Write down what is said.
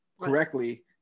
correctly